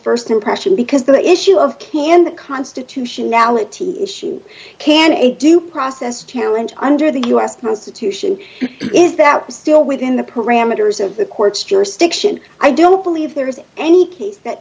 of st impression because the issue of can the constitutionality issue can a due process challenge under the u s constitution is that still within the parameters of the court's jurisdiction i don't believe there is any case that